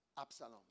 Absalom